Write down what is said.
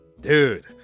dude